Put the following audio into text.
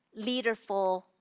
leaderful